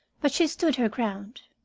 but she stood her ground.